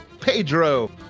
Pedro